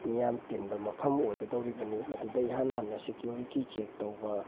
ꯃꯤꯌꯥꯝ ꯇꯤꯟꯕ ꯃꯐꯝ ꯑꯣꯏꯒꯗꯧꯔꯤꯕꯅꯤ ꯃꯗꯨꯗ ꯏꯍꯥꯟ ꯍꯥꯟꯅ ꯁꯦꯀ꯭ꯌꯨꯔꯤꯇꯤ ꯆꯦꯛ ꯇꯧꯕ